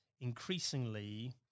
increasingly